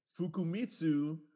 Fukumitsu